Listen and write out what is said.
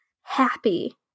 happy